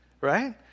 Right